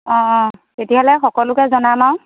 অঁ অঁ তেতিয়াহ'লে সকলোকে জনাম আৰু